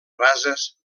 rases